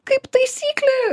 kaip taisyklė